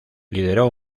lideró